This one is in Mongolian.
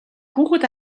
хүүхэд